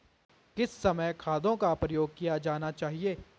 किस समय खादों का प्रयोग किया जाना चाहिए?